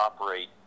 operate